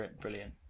brilliant